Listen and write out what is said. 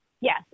Yes